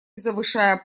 завышая